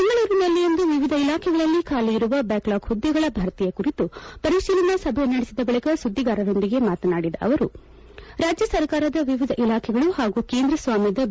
ಬೆಂಗಳೂರಿನಲ್ಲಿಂದು ವಿವಿಧ ಇಲಾಖೆಗಳಲ್ಲಿ ಖಾಲಿಯಿರುವ ಬ್ಯಾಕ್ ಲಾಗ್ ಹುದ್ದೆಗಳ ಭರ್ತಿ ಕುರಿತು ಪರಿಶೀಲನಾ ಸಭೆ ನಡೆಸಿದ ಬಳಿಕ ಸುದ್ದಿಗಾರರೊಂದಿಗೆ ಮಾತನಾಡಿದ ಅವರು ರಾಜ್ಯ ಸರ್ಕಾರದ ವಿವಿಧ ಇಲಾಖೆಗಳು ಹಾಗೂ ಕೇಂದ್ರ ಸ್ವಾಮ್ನದ ಬಿ